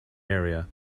area